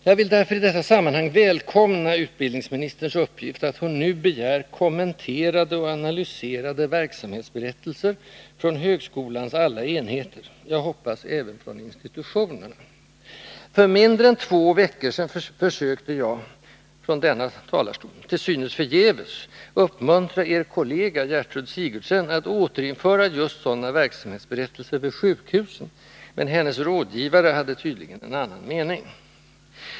Jag vill därför i detta sammanhang välkomna utbildningsministerns uppgift att hon nu begär kommenterande och analyserande verksamhetsberättelser från högskolans alla enheter — jag hoppas även från institutionerna. För mindre än två veckor sedan försökte jag från denna talarstol — till synes förgäves — uppmuntra er kollega, Gertrud Sigurdsen, att återinföra just sådana verksamhetsberättelser vid sjukhusen, men hennes rådgivare hade tydligen en annan mening.